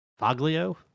Foglio